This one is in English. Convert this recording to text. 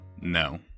No